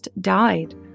died